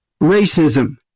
Racism